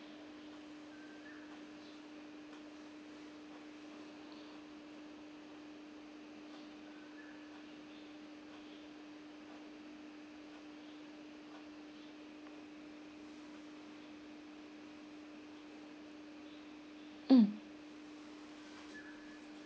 mm